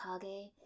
kage